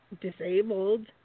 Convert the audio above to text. disabled